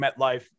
MetLife